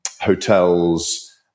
hotels